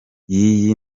y’iyi